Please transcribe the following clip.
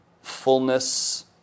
Fullness